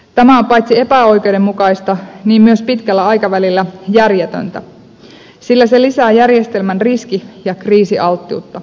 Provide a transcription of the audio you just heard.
tämä on paitsi epäoikeudenmukaista myös pitkällä aikavälillä järjetöntä sillä se lisää järjestelmän riski ja kriisialttiutta